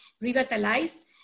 revitalized